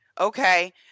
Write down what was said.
Okay